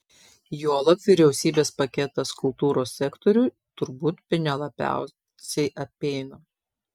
juolab vyriausybės paketas kultūros sektorių turbūt bene labiausiai apeina